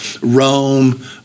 Rome